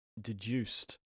deduced